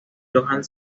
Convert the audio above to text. johann